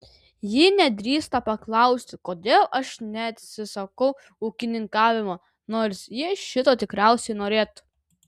ji nedrįsta paklausti kodėl aš neatsisakau ūkininkavimo nors ji šito tikriausiai norėtų